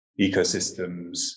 ecosystems